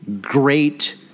great